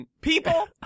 people